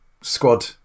squad